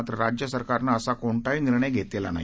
मात्र राज्य सरकारनं असा कोणताही निर्णय घेतलेला नाही